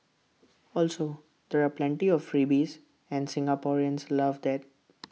also there are plenty of freebies and Singaporeans love that